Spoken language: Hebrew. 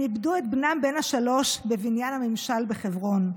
הם איבדו את בנם בן השלוש בבניין הממשל בחברון.